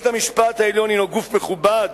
בית-המשפט העליון הינו גוף מכובד,